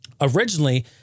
originally